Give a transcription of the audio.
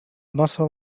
muscle